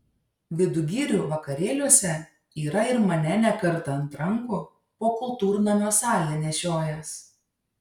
vidugirių vakarėliuose yra ir mane ne kartą ant rankų po kultūrnamio salę nešiojęs